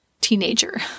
teenager